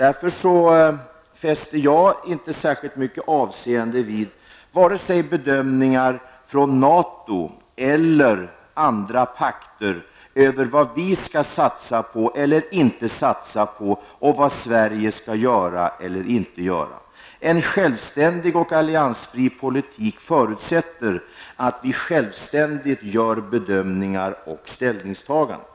Jag fäster därför inte särskilt stort avseende vid vare sig NATOs eller andra parters bedömningar av vad vi skall satsa på eller inte satsa på och vad vi i stället skall göra eller inte göra. En självständig och alliansfri politik förutsätter att vi självständigt gör bedömningar och ställningstagande.